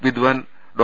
വിദ്ധാൻ ഡോ